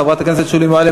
חברת הכנסת שולי מועלם,